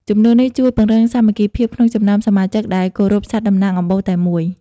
ជំនឿនេះជួយពង្រឹងសាមគ្គីភាពក្នុងចំណោមសមាជិកដែលគោរពសត្វតំណាងអំបូរតែមួយ។